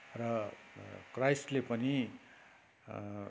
र क्राइस्टले पनि